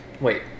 Wait